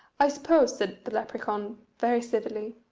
i suppose, said the lepracaun, very civilly,